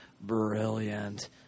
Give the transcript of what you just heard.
brilliant